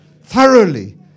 Thoroughly